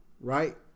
right